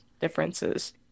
differences